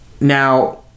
now